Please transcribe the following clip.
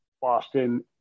Boston